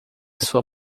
sua